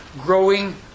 growing